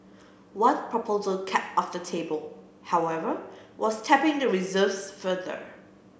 one proposal kept off the table however was tapping the reserves further